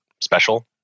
special